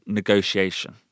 negotiation